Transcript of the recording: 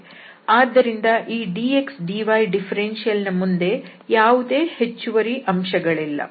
ಆದ್ದರಿಂದ ಈ dx dy differential ನ ಮುಂದೆ ಯಾವುದೇ ಹೆಚ್ಚುವರಿ ಅಂಶಗಳಿಲ್ಲ